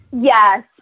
Yes